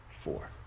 Four